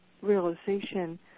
realization